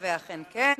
ואכן כן.